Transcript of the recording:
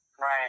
right